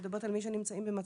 להמשיך.